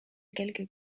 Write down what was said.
quelques